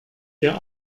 ihr